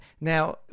Now